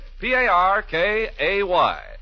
P-A-R-K-A-Y